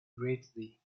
greatly